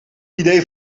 idee